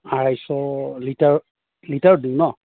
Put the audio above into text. আঢ়াইশ litre লিটাৰত দিওঁ ন